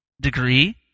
degree